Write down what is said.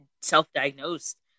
self-diagnosed